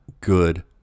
good